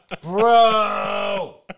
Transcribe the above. Bro